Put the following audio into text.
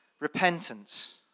repentance